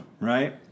right